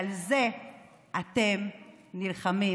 על זה אתם נלחמים,